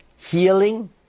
healing